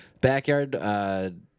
backyard